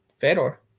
Fedor